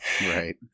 right